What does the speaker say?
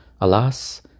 Alas